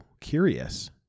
curious